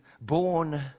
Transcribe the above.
born